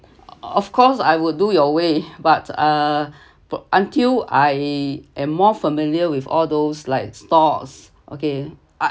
of course I will do your way but uh but until I am more familiar with all those like stocks okay I